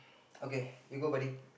okay you go buddy